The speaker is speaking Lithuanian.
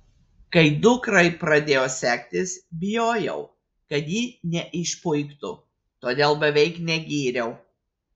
kai dukrai pradėjo sektis bijojau kad ji neišpuiktų todėl beveik negyriau